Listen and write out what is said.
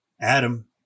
Adam